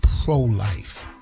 pro-life